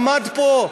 עמד פה: